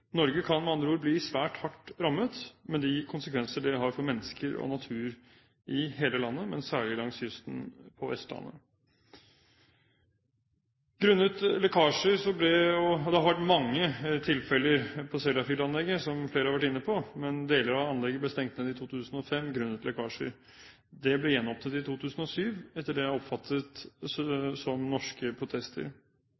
Norge kan med andre ord bli svært hardt rammet, med de konsekvenser det har for mennesker og natur i hele landet, men særlig langs kysten av Vestlandet. Det har vært mange tilfeller ved Sellafield-anlegget, som flere har vært inne på, men deler av anlegget ble stengt ned i 2005 grunnet lekkasjer. Det ble gjenåpnet i 2007, etter det jeg oppfattet